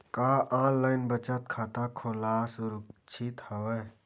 का ऑनलाइन बचत खाता खोला सुरक्षित हवय?